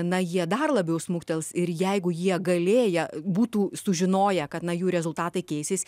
na jie dar labiau smuktels ir jeigu jie galėję būtų sužinoję kad na jų rezultatai keisis